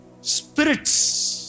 spirits